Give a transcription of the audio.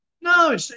No